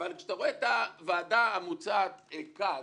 אבל כשאתה רואה את הוועדה המוצעת כאן,